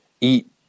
eat